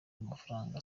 amafaranga